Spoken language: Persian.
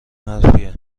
حرفیه